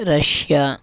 Russia